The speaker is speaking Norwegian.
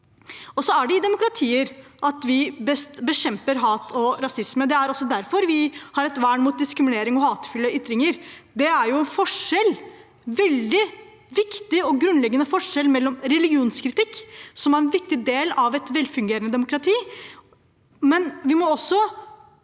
i demokratier vi best bekjemper hat og rasisme. Det er derfor vi har et vern mot diskriminering og hatefulle ytringer. Det er en veldig viktig og grunnleggende forskjell på det og religionskritikk, som er en viktig del av et velfungerende demokrati.